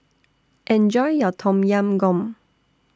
Enjoy your Tom Yam Goong